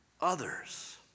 others